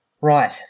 Right